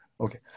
Okay